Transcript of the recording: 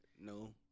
no